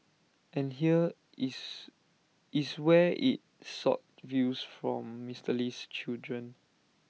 and here is is where IT sought views from Mister Lee's children